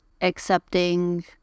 accepting